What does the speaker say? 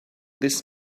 this